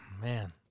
Man